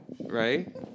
right